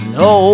no